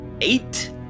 eight